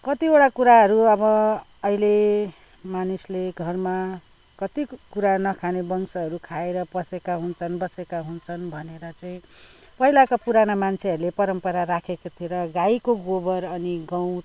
कतिवटा कुराहरू अब अहिले मानिसले घरमा कति कुरा नखाने वंशहरू खाएर पसेका हुन्छन् बसेका हुन्छन् भनेर चाहिँ पहिलाको पुरानो मान्छेहरूले परम्परा राखेको थियो र गाईको गोबर अनि गाउत